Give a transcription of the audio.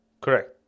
Correct